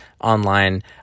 online